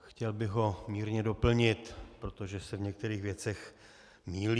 Chtěl bych ho mírně doplnit, protože se v některých věcech mýlí.